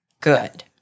good